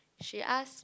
she ask